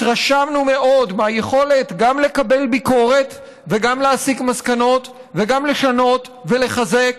התרשמנו מאוד מהיכולת גם לקבל ביקורת וגם להסיק מסקנות וגם לשנות ולחזק.